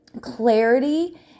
clarity